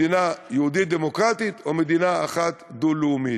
מדינה יהודית-דמוקרטית או מדינה אחת דו-לאומית?